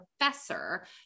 professor